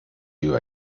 you